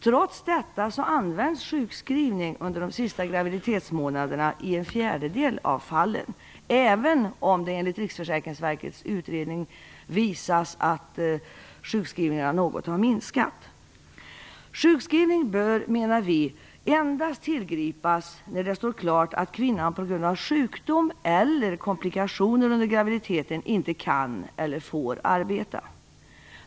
Trots detta används sjukskrivning under de sista graviditetsmånaderna i en fjärdedel av fallen, även om det i Riksförsäkringsverkets utredning visas att sjukskrivningarna något har minskat. Vi menar att sjukskrivning bör tillgripas endast när det står klart att kvinnan på grund av sjukdom eller komplikationer under graviditeten inte kan eller får arbeta.